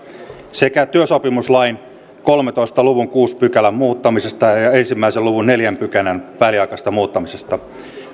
sekä työsopimuslain kolmentoista luvun kuudennen pykälän muuttamisesta ja yhden luvun neljännen pykälän väliaikaisesta muuttamisesta